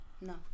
No